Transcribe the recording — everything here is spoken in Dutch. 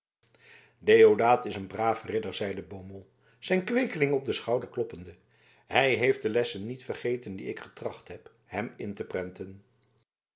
deodaat is een braaf ridder zeide beaumont zijn kweekeling op den schouder kloppende hij heeft de lessen niet vergeten die ik getracht heb hem in te prenten